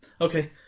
Okay